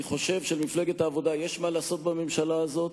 אני חושב שלמפלגת העבודה יש מה לעשות בממשלה הזאת,